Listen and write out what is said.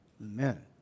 Amen